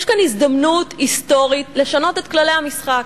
יש כאן הזדמנות היסטורית לשנות את כללי המשחק,